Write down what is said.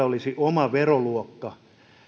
olisi oma veroluokkansa